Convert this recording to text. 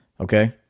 okay